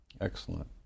Excellent